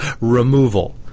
removal